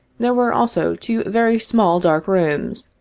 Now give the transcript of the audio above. there were also two very small dark rooms,